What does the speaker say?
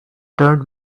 turned